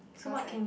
because I